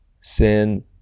sin